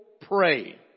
pray